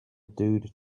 dude